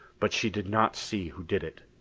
but she did not see who did it.